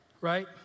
right